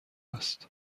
است